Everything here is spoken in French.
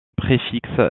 préfixe